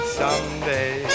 someday